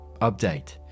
Update